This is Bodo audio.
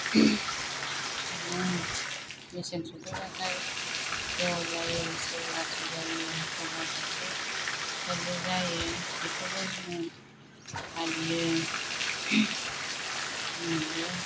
बिदिनो मेसें सफैबाथाय देवल जायो शिवरात्रि जायो शिवरात्रि फोरबो जायो बेखौबो जोङो फालियो बिदिनो